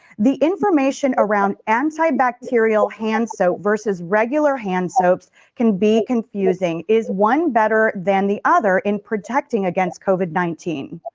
the information around antibacterial hand soap versus regular hand soaps can be confusing. is one better than the other in protecting against covid nineteen?